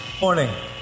morning